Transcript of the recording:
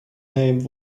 name